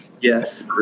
Yes